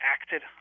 acted